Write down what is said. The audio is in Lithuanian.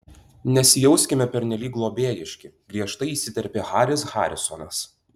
nesijauskime pernelyg globėjiški griežtai įsiterpė haris harisonas